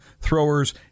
throwers